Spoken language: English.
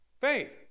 faith